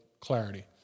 Clarity